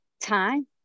time